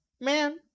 Man